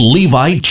Levi